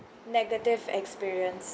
negative experience